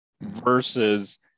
versus